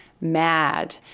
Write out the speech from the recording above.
mad